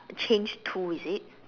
change to is it